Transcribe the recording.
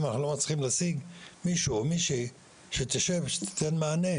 אנחנו לא מצליחים להשיג מישהו שייתן מענה.